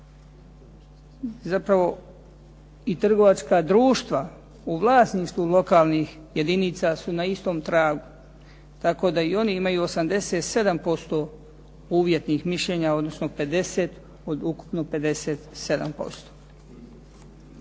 Zapravo i trgovačka društva u vlasništvu lokalnih jedinica su na istom tragu tako da i oni imaju 87% uvjetnih mišljenja, odnosno 50 od ukupno 57%.